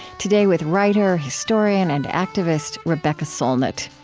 today with writer, historian and activist rebecca solnit.